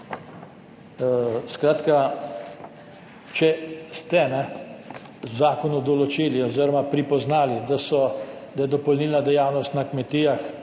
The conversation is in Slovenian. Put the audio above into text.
Skratka, če ste v zakonu določili oziroma pripoznali, da je dopolnilna dejavnost na kmetijah